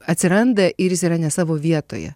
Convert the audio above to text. atsiranda ir jis yra ne savo vietoje